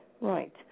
Right